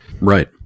Right